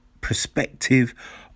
perspective